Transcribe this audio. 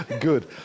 Good